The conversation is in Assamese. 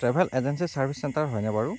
ট্ৰেভেল এজেঞ্চি চাৰ্ভিচ চেণ্টাৰ হয়নে বাৰু